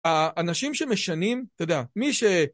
האנשים שמשנים, אתה יודע, מי ש...